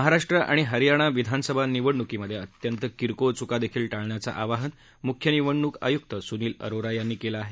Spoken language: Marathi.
महाराष्ट्र आणि हरयाणा विधानसभा निवडणुकीमध्ये अत्यंत किरकोळ चुकादेखील टाळण्याचं आवाहन मुख्य निवडणूक आयूक्त सुनिल अरोरा यांनी केलं आहे